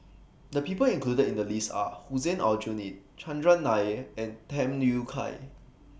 The People included in The list Are Hussein Aljunied Chandran Nair and Tham Yui Kai